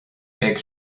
beidh